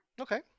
Okay